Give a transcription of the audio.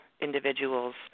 individuals